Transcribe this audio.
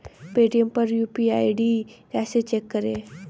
Paytm पर UPI ID कैसे check करें?